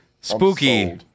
Spooky